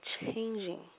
changing